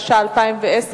התש"ע 2010,